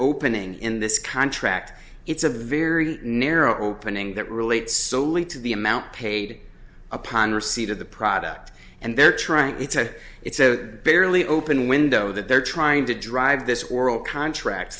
opening in this contract it's a very narrow opening that relates solely to the amount paid upon receipt of the product and they're trying to it's a it's a fairly open window that they're trying to drive this oral contract